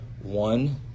one